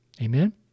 Amen